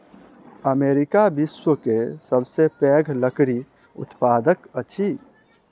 America विश्व के सबसे पैघ लकड़ी उत्पादक अछि